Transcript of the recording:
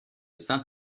saint